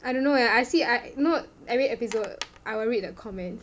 I don't know eh I see I not every episode I will read the comments